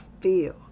feel